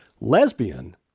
lesbian